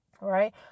right